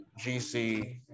GC